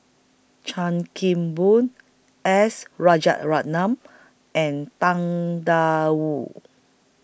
Chan Kim Boon S and Tang DA Wu